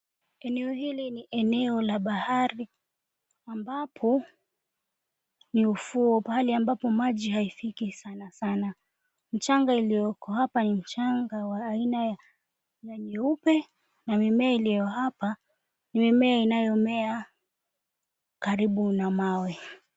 Eneo hili ni eneo la bahari ambapo ni ufuo, pahali ambapo maji haifiki sana sana. Mchanga iliyoko hapa ni mchanga wa aina ya nyeupe na mimea iliyo hapa ni mimea inayomea karibu na mawe.